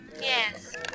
Yes